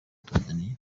tanzaniya